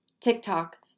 TikTok